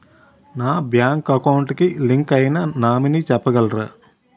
నా bank account కి link అయినా నామినీ చెప్పగలరా?